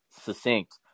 succinct